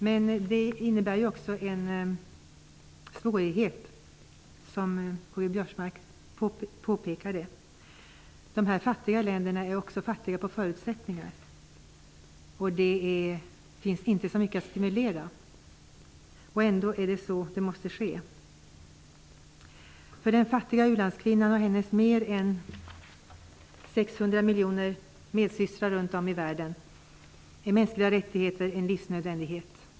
Men det innebär också svårigheter -- som Karl-Göran Biörsmark påpekade. De fattiga länderna är också fattiga på förutsättningar. Det finns inte heller så mycket att stimulera, och ändå är det stimulans som krävs. För den fattiga u-landskvinnan och hennes mer än 600 miljoner medsystrar runt om i världen är mänskliga rättigheter en livsnödvändighet.